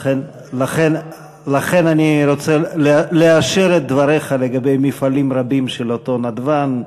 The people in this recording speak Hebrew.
לכן אני רוצה לאשר את דבריך לגבי מפעלים רבים של אותו נדבן,